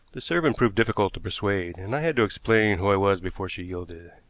the servant proved difficult to persuade, and i had to explain who i was before she yielded.